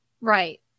Right